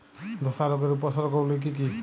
ধসা রোগের উপসর্গগুলি কি কি?